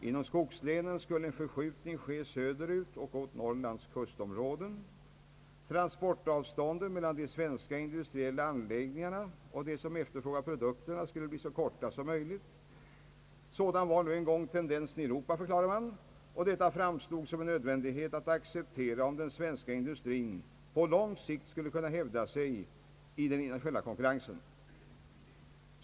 Inom skogslänen skulle en förflyttning ske söderut och mot Norrlands kustområden. Transportavstånden mellan de svenska industriella anläggningarna och dem som efterfrågar deras produkter skulle bli så korta som möjligt. Sådan var nu en gång tendensen i Europa, förklarade man, och denna måste acceptieras om den svenska industrin på lång sikt skulle kunna hävda sig i den internationella konkurrensen.